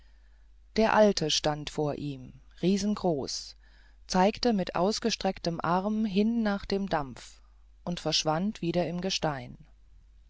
der alte stand vor ihm riesengroß zeigte mit ausgestrecktem arm hin nach dem dampf und verschwand wieder im gestein